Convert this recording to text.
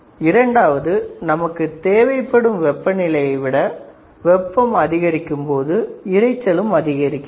இரண்டாவது நமக்குத் தேவைப்படும் வெப்பநிலையை விட வெப்பம் அதிகரிக்கும் இரைச்சலும் அதிகரிக்கிறது